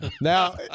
now